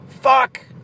Fuck